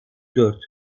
dört